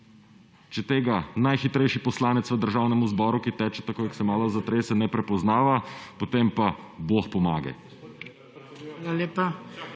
Če tega najhitrejši poslanec v Državnem zboru, ki teče, takoj, ko se malo zatrese, ne prepoznava, potem pa, Bog pomagaj.